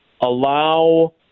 allow